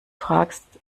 fragst